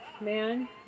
man